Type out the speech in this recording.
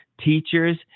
teachers